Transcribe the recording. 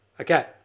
Okay